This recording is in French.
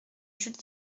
jules